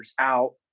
out